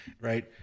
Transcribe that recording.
right